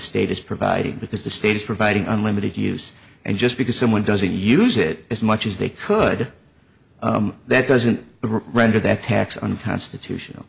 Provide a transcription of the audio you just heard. state is providing because the state is providing unlimited use and just because someone doesn't use it as much as they could that doesn't render that tax unconstitutional